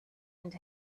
and